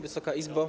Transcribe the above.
Wysoka Izbo!